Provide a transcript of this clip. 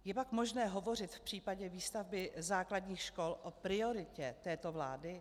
Je pak možné hovořit v případě výstavby základních škol o prioritě této vlády?